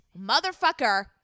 motherfucker